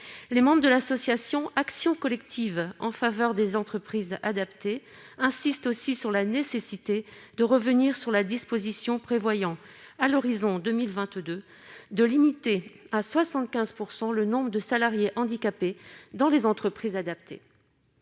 Les membres de l'association Action collective en faveur des entreprises adaptées insistent aussi sur la nécessité de revenir sur la disposition qui prévoit, à l'horizon de 2022, de limiter à 75 % le pourcentage de salariés handicapés dans les entreprises adaptées.